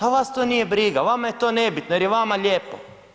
A vas to nije briga, vama je to nebitno jer je vama lijepo.